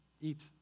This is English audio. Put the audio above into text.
eat